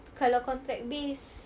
kalau contract based